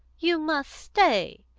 you must stay.